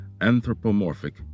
anthropomorphic